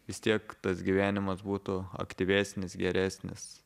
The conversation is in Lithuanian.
vis tiek tas gyvenimas būtų aktyvesnis geresnis